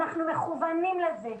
אנחנו מכוונים לזה,